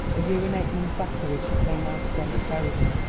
a year and eight months afterwards she came out again to bury him,